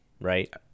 right